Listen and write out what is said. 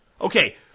Okay